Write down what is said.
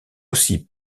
aussi